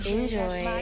Enjoy